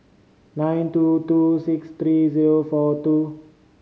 nine two two six three zero four two